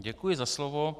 Děkuji za slovo.